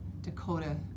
Dakota